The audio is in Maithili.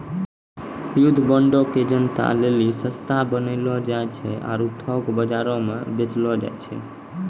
युद्ध बांडो के जनता लेली सस्ता बनैलो जाय छै आरु थोक बजारो मे बेचलो जाय छै